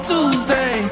Tuesday